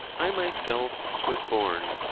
i myself was born.